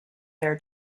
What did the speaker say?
their